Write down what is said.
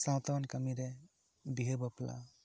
ᱥᱟᱶᱛᱟᱣᱟᱱ ᱠᱟᱹᱢᱤ ᱨᱮ ᱵᱤᱦᱟᱹ ᱵᱟᱯᱞᱟ